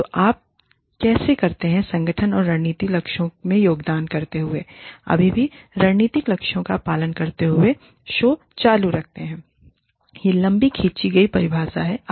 तो आप कैसे करते हैं संगठन के रणनीतिक लक्ष्यों में योगदान करते हुए अभी भी रणनीतिक लक्ष्यों का पालन करते हुए शो को चालू रखते है यह लंबी खींची गई परिभाषा है